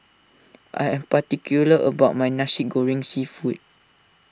I am particular about my Nasi Goreng Seafood